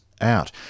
out